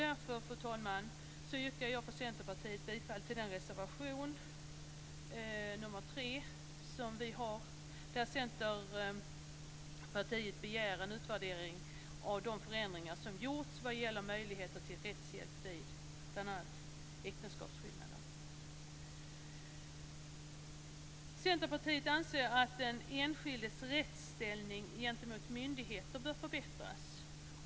Därför, fru talman, yrkar jag för Centerpartiets räkning bifall till den reservation, nr 3, som vi har där Centerpartiet begär en utvärdering av de förändringar som gjorts vad gäller möjligheter till rättshjälp vid bl.a. äktenskapsskillnad. Centerpartiet anser att den enskildes rättsställning gentemot myndigheter bör förbättras.